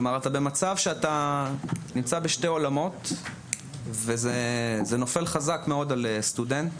אתה במצב שאתה נמצא בשני עולמות וזה נופל חזק מאוד על הסטודנט.